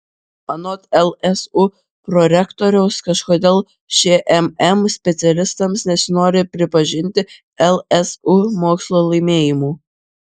anot lsu prorektoriaus kažkodėl šmm specialistams nesinori pripažinti lsu mokslo laimėjimų